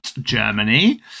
Germany